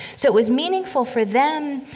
so it was meaningful for them,